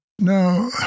Now